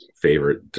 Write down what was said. favorite